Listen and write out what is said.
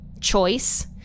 choice